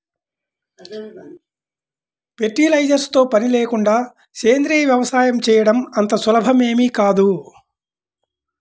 fertilisers తో పని లేకుండా సేంద్రీయ వ్యవసాయం చేయడం అంత సులభమేమీ కాదు